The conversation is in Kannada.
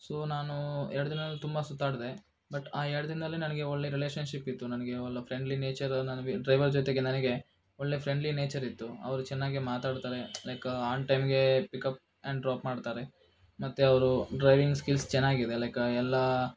ಸೋ ನಾನು ಎರಡು ದಿನವೂ ತುಂಬ ಸುತ್ತಾಡಿದೆ ಬಟ್ ಆ ಎರಡು ದಿನದಲ್ಲಿ ನನಗೆ ಒಳ್ಳೆ ರಿಲೇಶನ್ಶಿಪ್ ಇತ್ತು ನನಗೆ ಒಳ್ಳೆ ಫ್ರೆಂಡ್ಲಿ ನೇಚರ್ ಡ್ರೈವರ್ ಜೊತೆಗೆ ನನಗೆ ಒಳ್ಳೆ ಫ್ರೆಂಡ್ಲಿ ನೇಚರಿತ್ತು ಅವ್ರು ಚೆನ್ನಾಗೇ ಮಾತಾಡ್ತಾರೆ ಲೈಕ್ ಆನ್ ಟೈಮ್ಗೆ ಪಿಕಪ್ ಆಂಡ್ ಡ್ರಾಪ್ ಮಾಡ್ತಾರೆ ಮತ್ತೆ ಅವರು ಡ್ರೈವಿಂಗ್ ಸ್ಕಿಲ್ಸ್ ಚೆನ್ನಾಗಿದೆ ಲೈಕ್ ಎಲ್ಲ